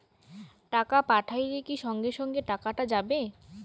টাকা পাঠাইলে কি সঙ্গে সঙ্গে টাকাটা যাবে?